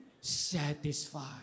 satisfied